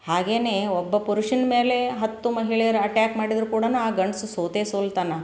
ಹಾಗೆನೇ ಒಬ್ಬ ಪುರುಷನ ಮೇಲೆ ಹತ್ತು ಮಹಿಳೆಯರು ಅಟ್ಯಾಕ್ ಮಾಡಿದರೂ ಕೂಡ ಆ ಗಂಡಸು ಸೋತೇ ಸೋಲ್ತಾನೆ